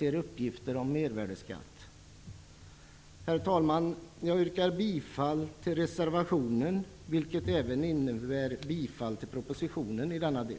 gäller uppgifter om mervärdesskatt? Herr talman! Jag yrkar bifall till reservationen, vilket även innebär att jag yrkar bifall till propositionens förslag i denna del.